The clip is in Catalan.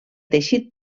teixit